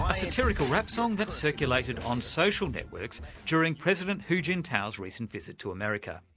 satirical rap song that circulated on social networks during president hu jintao's recent visit to america.